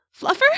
Fluffer